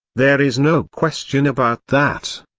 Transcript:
there is no question about that.